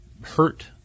hurt